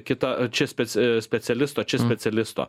kita čia specia specialisto čia specialisto